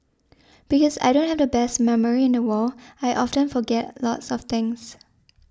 because I don't have the best memory in the world I often forget lots of things